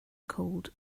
cold